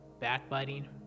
backbiting